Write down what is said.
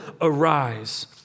arise